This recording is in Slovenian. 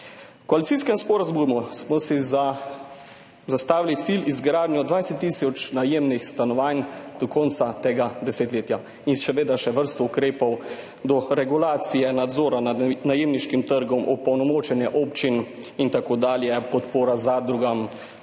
koalicijskem sporazumu smo si zastavili cilj zgraditi 20 tisoč najemnih stanovanj do konca tega desetletja in seveda še vrsto ukrepov – regulacijo, nadzor nad najemniškim trgom, opolnomočenje občin, podpora zadrugam,